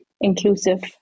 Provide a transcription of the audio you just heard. inclusive